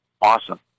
awesome